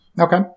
Okay